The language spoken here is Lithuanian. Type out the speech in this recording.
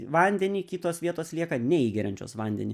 vandenį kitos vietos lieka neįgeriančios vandenį